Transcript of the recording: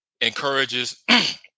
encourages